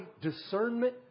discernment